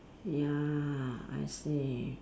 ya I see